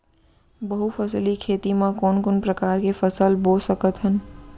बहुफसली खेती मा कोन कोन प्रकार के फसल बो सकत हन?